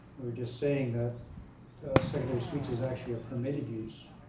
were just saying that secondary suites is actually a permitted use,